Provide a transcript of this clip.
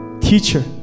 teacher